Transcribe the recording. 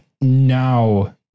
now